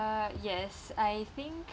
uh yes I think